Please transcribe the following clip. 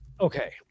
Okay